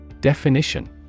Definition